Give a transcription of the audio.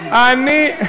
אל תאשים את הפלסטינים.